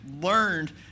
learned